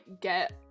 get